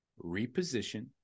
reposition